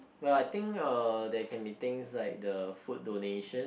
well I think uh there can be things like the food donation